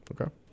Okay